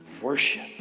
worship